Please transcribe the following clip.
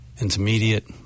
Intermediate